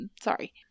Sorry